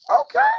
Okay